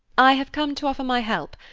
i have come to offer my help.